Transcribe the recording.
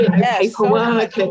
paperwork